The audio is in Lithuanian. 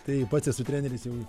tai pats esu treneris jau